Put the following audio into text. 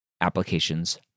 applications